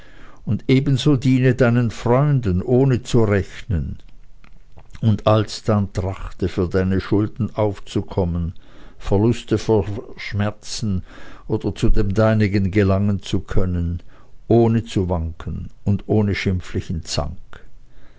und ebenso diene deinen freunden ohne zu rechnen und alsdann trachte für deine schulden aufzukommen verluste verschmerzen oder zu dem deinigen gelangen zu können ohne zu wanken und ohne schimpflichen zank